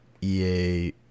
EA